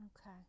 Okay